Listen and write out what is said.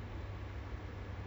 don't you feel like